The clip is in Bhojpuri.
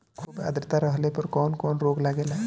खुब आद्रता रहले पर कौन कौन रोग लागेला?